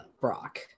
Brock